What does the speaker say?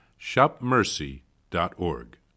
shopmercy.org